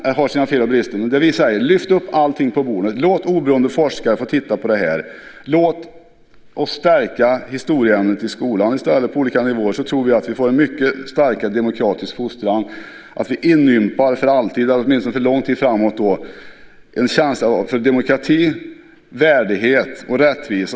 Alla har sina fel och brister. Det vi säger är: Lyft upp allting på bordet. Låt oberoende forskare titta på det. Låt oss i stället stärka historieämnet i skolan på olika nivåer. Då tror vi att vi får en mycket starkare demokratisk fostran. Vi inympar för alltid, eller i varje fall för mycket lång tid framåt, en känsla för demokrati, värdighet och rättvisa.